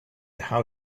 how